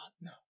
No